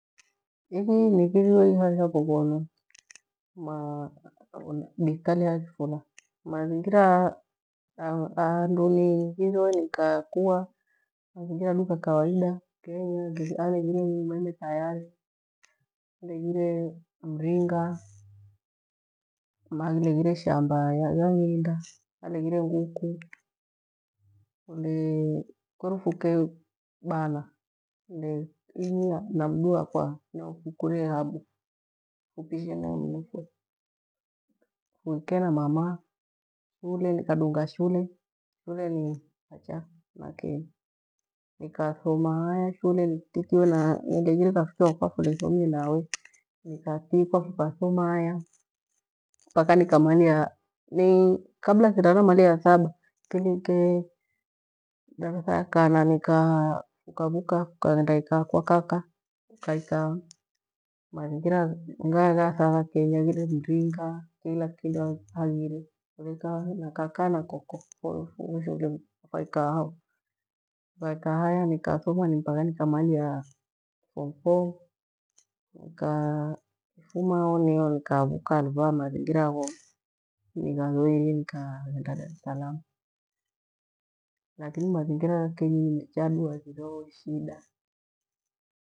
Inyi nighiriwe ihaiha yughonu maa bithtalia akifula mathingira ha- handu nighiriwe nikakua ni mathingira duu gha kawaida kenyi haleghire umeme tayare haleghire mringa aleghire shamba ya ngiinda haleghire nguku ule kwerufuke bana inyi na mndu wakwa niwe fukuriwe hamwi fupishene mnu few niikee na mama shule nikadunga shule, shule ni hacha na kenyi nikathoma haya shule nitikiwe nileghire rafiki wakwa fulethomie nawe fukatikwa fukathoma haya mpaka nikamalia ni kabla thirana malia ya thaba nileke idaratha ya kana nikavuka nikaghenda nikaa kwa kaka nikaikaa haya mathingira ghayaghaya thagha yi haghire mringa kula kindo haghire iikaa na kaka na koko, voshe vule vwa ikaa haya vwa ikaa haya nikathoma mpaka nikamaliya ya form four, nikafuma ho hivacha niho nikavuka mathingira gho nika- nikaghenda Darithalamu, lakini mathingiri gha kenyi ni mecha ghaghiregho shida.